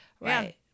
Right